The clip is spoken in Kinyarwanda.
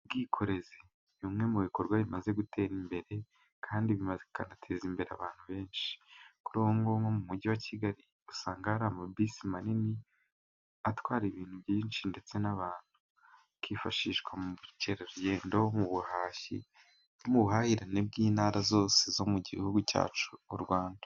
Ubwikorezi ni bumwe mu bikorwa bimaze gutera imbere kandi bikanateza imbere abantu benshi. Kuri ubu ngubu nko mu mujyi wa Kigali, usanga hari amabisi manini atwara ibintu byinshi ndetse n'abantu, zikifashishwa mu bukerarugendo, mu buhashyi n'ubuhahirane bw'intara zose zo mu Gihugu cyacu, u Rwanda.